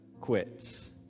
quits